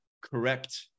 correct